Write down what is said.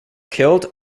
killed